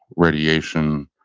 radiation,